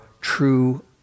true